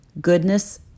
goodness